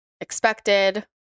expected